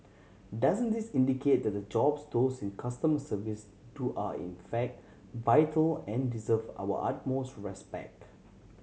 doesn't this indicate that the jobs those in customer service do are in fact vital and deserve our utmost respect